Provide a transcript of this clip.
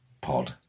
pod